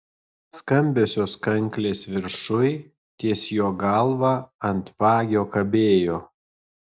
skambiosios kanklės viršuj ties jo galva ant vagio kabėjo